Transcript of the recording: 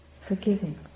forgiving